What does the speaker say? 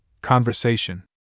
Conversation